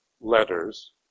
letters